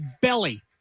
belly